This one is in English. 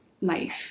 life